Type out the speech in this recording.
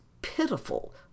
pitiful